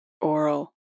oral